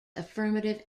affirmative